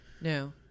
no